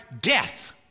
death